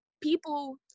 people